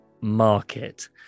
market